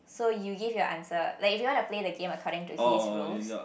so you give your answers like if you wanna play the game according to his rules